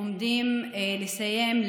עומדים לסיים,